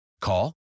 Call